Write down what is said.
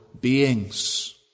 beings